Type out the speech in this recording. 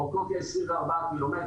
אורכו כ-24 קילומטר,